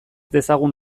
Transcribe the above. dezagun